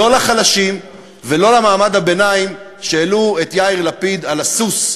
לא לחלשים ולא למעמד הביניים שהעלו את יאיר לפיד על הסוס,